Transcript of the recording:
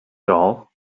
doll